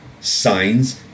signs